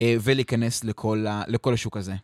ולהיכנס לכל השוק הזה.